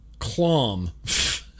Clom